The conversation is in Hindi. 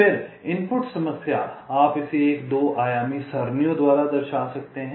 फिर इनपुट समस्या आप इसे 2 एक आयामी सरणियों द्वारा दर्शा सकते हैं